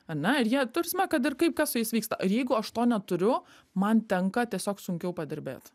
ar ne ir jie ta prasme kad ir kaip kas su jais vyksta ir jeigu aš to neturiu man tenka tiesiog sunkiau padirbėt